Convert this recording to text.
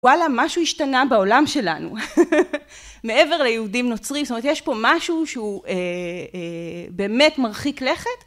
וואלה, משהו השתנה בעולם שלנו מעבר ליהודים נוצריים. זאת אומרת, יש פה משהו שהוא באמת מרחיק לכת.